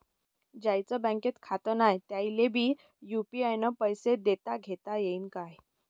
ज्याईचं बँकेत खातं नाय त्याईले बी यू.पी.आय न पैसे देताघेता येईन काय?